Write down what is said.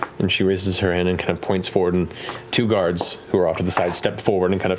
and she raises her hand and kind of points forward and two guards, who are off to the side, step forward and kind of